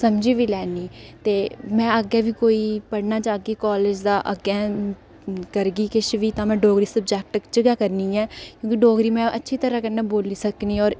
समझी बी लैन्नी ते में अग्गें बी कोई पढ़ना चाह्गी अग्गें करगी किश बी तां में डोगरी सब्जैक्ट च गै करनी ऐ क्योंकि में डोगरी अच्छी तरह कन्नै बोल्ली सकनी होर